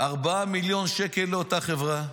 ארבעה מיליון שקל לאותה חברה,